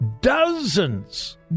dozens